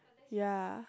ya